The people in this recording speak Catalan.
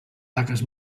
taques